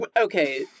Okay